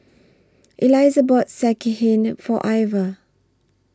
Eliza bought Sekihan For Ivah